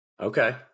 Okay